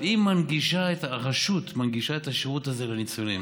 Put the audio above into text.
היא, הרשות, מנגישה את השירות הזה לניצולים.